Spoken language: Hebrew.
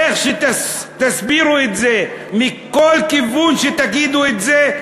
איך שתסבירו את זה, מכל כיוון שתגידו את זה,